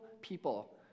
people